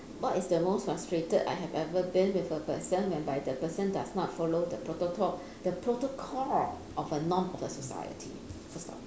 what is the most frustrated I have ever been with a person whereby the person does not follow the protocol the protocol of a norm of the society full stop